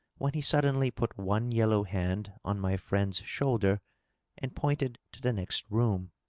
when he suddenly put one yellow hand on my friend's shoulder and pointed to the next room.